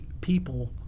people